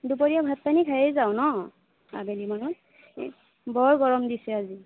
দুপৰীয়া ভাত পানী খাইয়েই যাওঁ ন আবেলি মানত এই বৰ গৰম দিছে আজি